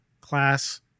class